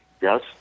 Yes